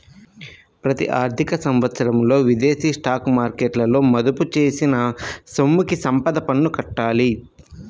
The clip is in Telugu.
ప్రతి ఆర్థిక సంవత్సరంలో విదేశీ స్టాక్ మార్కెట్లలో మదుపు చేసిన సొమ్ముకి సంపద పన్ను కట్టాలి